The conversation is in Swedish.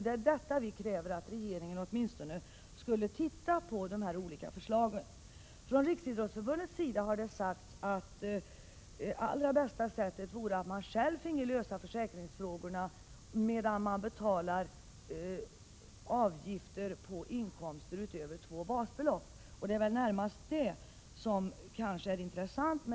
Vi kräver att regeringen åtminstone skall titta på de olika förslagen. Från Riksidrottsförbundets sida har det sagts att det allra bästa sättet vore att man själv finge lösa försäkringsfrågorna, medan man betalar avgifter på inkomster utöver två basbelopp. Det är närmast detta som är intressant.